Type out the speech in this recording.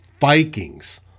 Vikings